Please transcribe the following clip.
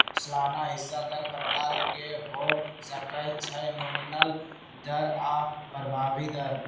सलाना हिस्सा दर प्रकार के हो सकइ छइ नॉमिनल दर आऽ प्रभावी दर